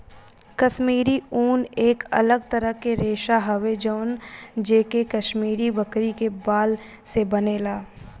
काश्मीरी ऊन एक अलग तरह के रेशा हवे जवन जे कि काश्मीरी बकरी के बाल से बनेला